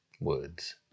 words